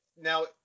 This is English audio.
now